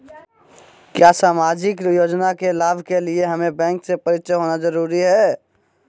क्या सामाजिक योजना के लाभ के लिए हमें बैंक से परिचय होना जरूरी है?